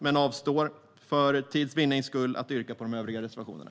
För tids vinnande avstår vi från att yrka bifall till de övriga reservationerna.